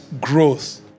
growth